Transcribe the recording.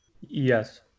Yes